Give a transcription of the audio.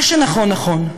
מה שנכון, נכון.